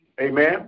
Amen